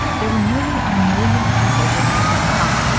there were nearly a million people living in hong kong.